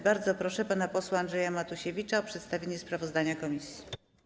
Bardzo proszę pana posła Andrzeja Matusiewicza o przedstawienie sprawozdania komisji.